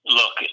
look